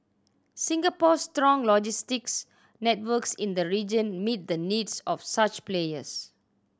Singapore's strong logistics networks in the region meet the needs of such players